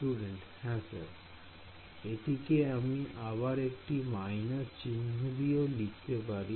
Student হ্যাঁ sir এটিকে আমি আবার একটি চিহ্ন দিয়ে লিখতে পারি